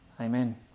Amen